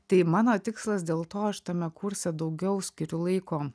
tai mano tikslas dėl to aš tame kurse daugiau skiriu laiko